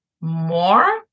more